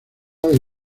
del